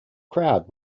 crowd